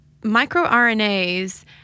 microRNAs